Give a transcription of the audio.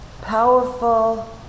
powerful